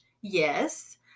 Yes